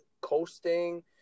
coasting